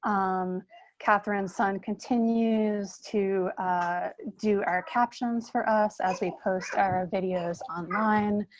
um catherine son continues to do our captions for us as we post our videos online.